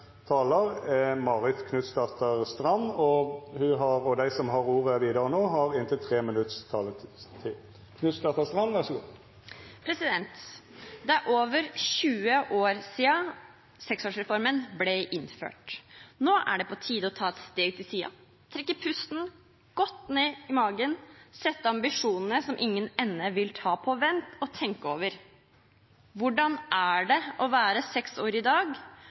som heretter får ordet, har ei taletid på inntil 3 minutt. Det er over 20 år siden seksårsreformen ble innført. Nå er det på tide å ta et steg til side, trekke pusten godt ned i magen, sette ambisjonene, som ingen ende vil ta, på vent og tenke over: Hvordan er det å være seks år i dag?